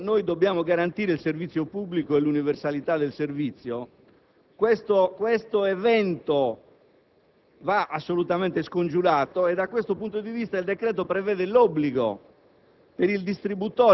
Allora, poiché noi dobbiamo garantire il servizio pubblico e l'universalità dello stesso, questo evento va assolutamente scongiurato; da tale punto di vista il decreto prevede l'obbligo